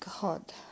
God